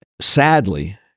Sadly